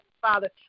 Father